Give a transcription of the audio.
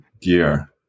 gear